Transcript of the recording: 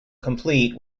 complete